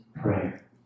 prayer